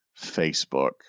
Facebook